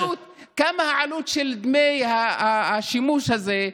אז תגיד מה העלות של דמי השימוש לזה,